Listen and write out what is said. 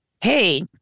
hey